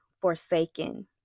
forsaken